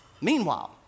Meanwhile